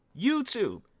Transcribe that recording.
YouTube